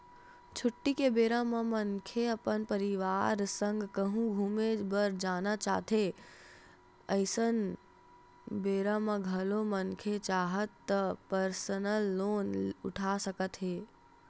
छुट्टी के बेरा म मनखे अपन परवार संग कहूँ घूमे बर जाना चाहथें अइसन बेरा म घलोक मनखे चाहय त परसनल लोन उठा सकत हे